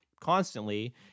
constantly